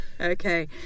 okay